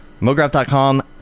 MoGraph.com